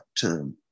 term